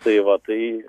tai va tai